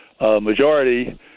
majority